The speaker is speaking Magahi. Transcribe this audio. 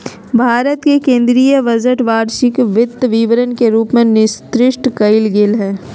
भारत के केन्द्रीय बजट वार्षिक वित्त विवरण के रूप में निर्दिष्ट कइल गेलय हइ